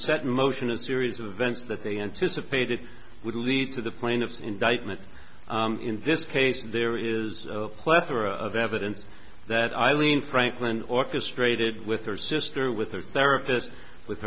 set in motion a series of events that they anticipated would lead to the plaintiff's indictment in this case there is a platter of evidence that eileen franklin orchestrated with her sister with her therapist with